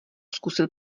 zkusil